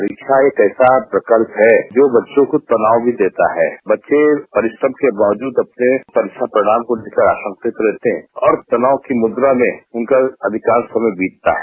परीक्षा एक ऐसा प्रकल्प है जो बच्चों को तनाव भी देता है बच्चे परिश्रम को बावजूद अपने परीक्षा परिणाम को लेकर आशंकित रहते है और तनाव की मुद्रा में उनका अधिकांश समय बीतता है